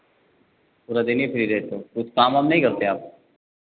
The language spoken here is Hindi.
पूरा दिन ही फ्री रहते हो कुछ काम वाम नहीं करते आप